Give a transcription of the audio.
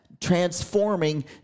transforming